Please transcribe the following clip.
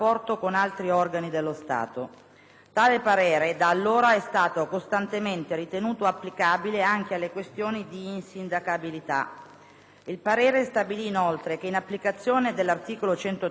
Tale parere, da allora, è stato costantemente ritenuto applicabile anche alle questioni di insindacabilità. Il parere stabilì inoltre che in applicazione dell'articolo 113, comma 4, del Regolamento,